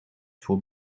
voor